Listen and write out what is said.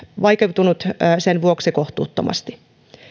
vaikeutunut sen vuoksi kohtuuttomasti